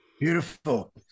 beautiful